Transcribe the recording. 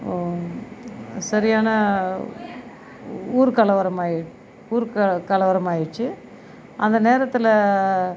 சரியான ஊர் கலவரமாகி ஊர் கல கலவரமாயிருச்சு அந்த நேரத்தில்